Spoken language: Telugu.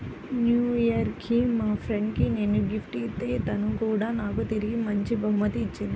న్యూ ఇయర్ కి మా ఫ్రెండ్ కి నేను గిఫ్ట్ ఇత్తే తను కూడా నాకు తిరిగి మంచి బహుమతి ఇచ్చింది